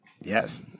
Yes